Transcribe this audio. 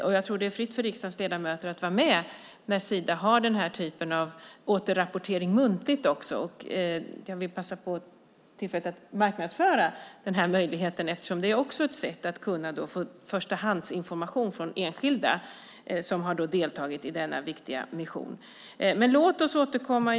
Jag tror att det är fritt för riksdagens ledamöter att vara med när Sida har den här typen av muntlig återrapportering. Jag vill passa på tillfället att marknadsföra den möjligheten eftersom det också är ett sätt att få förstahandsinformation från enskilda som har deltagit i denna viktiga mission. Låt oss återkomma.